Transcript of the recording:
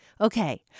Okay